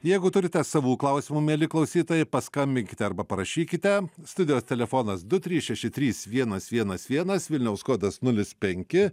jeigu turite savų klausimų mieli klausytojai paskambinkite arba parašykite studijos telefonas du trys šeši trys vienas vienas vienas vilniaus kodas nulis penki